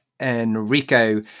Enrico